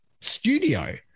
studio